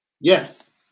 Yes